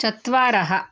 चत्वारः